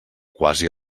quasi